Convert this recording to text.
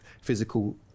physical